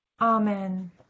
amen